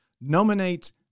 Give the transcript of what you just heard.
Nominate